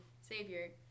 savior